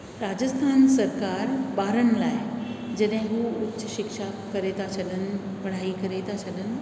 राजस्थान सरकार ॿारनि लाइ जॾहिं हू कुझु शिक्षा करे त छॾनि पढ़ाई करे छॾनि